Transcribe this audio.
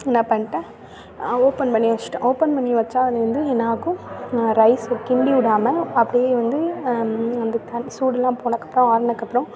என்ன பண்ணிடேன் ஒப்பன் பண்ணி வச்சிட்டேன் ஒப்பன் பண்ணி வச்சால் அது வந்து என்னாகும் நான் ரைஸ்ஸு கிண்டி விடாம அப்படியே வந்து சூடெலாம் போனதுக்கப்றோம் ஆறுனதுக்கப்றோம்